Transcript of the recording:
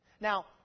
Now